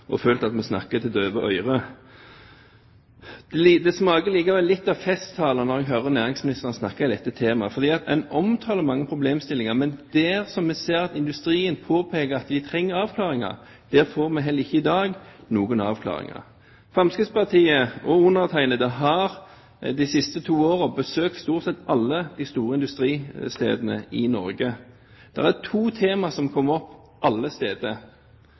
energiministeren. Det har vi prøvd før, og har følt at vi snakker for døve ører. Det smaker likevel litt av festtale når jeg hører næringsministeren snakke om dette tema. Det er mange problemstillinger som omtales, men der industrien påpeker at de trenger avklaringer, får vi heller ikke i dag noen avklaring. Fremskrittspartiet og jeg har i de siste to årene besøkt stort sett alle de store industristedene i Norge. Det er to temaer som kommer opp alle steder.